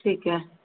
ਠੀਕ ਹੈ